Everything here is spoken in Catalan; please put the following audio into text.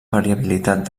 variabilitat